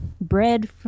bread